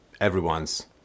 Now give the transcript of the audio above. everyone's